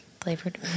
flavored